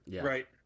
Right